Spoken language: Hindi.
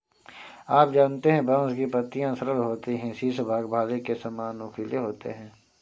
आप जानते है बांस की पत्तियां सरल होती है शीर्ष भाग भाले के सामान नुकीले होते है